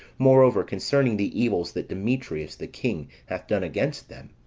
moreover, concerning the evils that demetrius, the king, hath done against them,